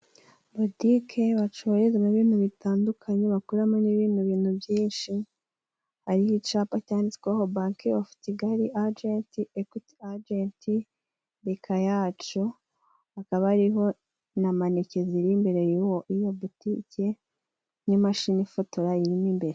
Butike bacururizamo ibintu bitandukanye, bakoreramo n'ibindi bintu byinshi hariho icapa cyanditseho banki ofu kigali ajent, ekwiti ajenti, beka yacu ,hakaba hariho na maneke ziri imbere iyo butike n'imashini ifotora irimo imbere.